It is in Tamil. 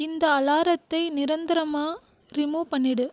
இந்த அலாரத்தை நிரந்தரமாக ரிமூவ் பண்ணிவிடு